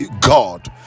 god